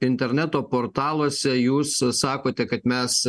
interneto portaluose jūs sakote kad mes